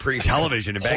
television